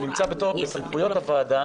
שנמצא בסמכויות הוועדה,